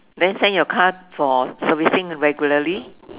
then send your car for servicing regularly